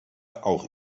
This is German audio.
auch